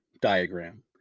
diagram